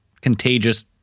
contagious